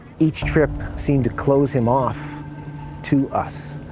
each trip seemed to close him off to us.